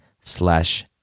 slash